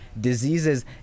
diseases